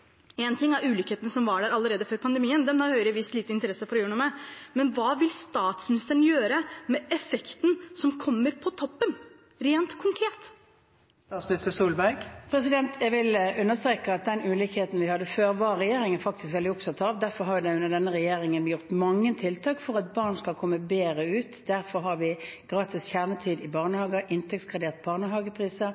ting er ulikheten som var der allerede før pandemien, den har Høyre vist liten interesse for å gjøre noe med, men hva vil statsministeren gjøre med effekten som kommer på toppen, rent konkret? Jeg vil understreke at den ulikheten vi hadde før, var regjeringen faktisk veldig opptatt av. Derfor har det under denne regjeringen blitt gjort mange tiltak for at barn skal komme bedre ut. Derfor har vi gratis kjernetid i barnehager, inntektsgraderte barnehagepriser,